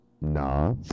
nah